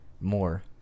more